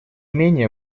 менее